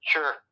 Sure